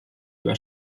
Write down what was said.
über